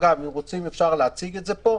אם רוצים, אפשר להציג את זה פה.